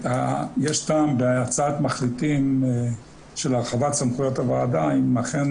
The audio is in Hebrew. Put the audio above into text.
יש טעם בהצעת מחליטים של הרחבת סמכויות הוועדה אם אכן